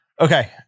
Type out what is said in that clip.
Okay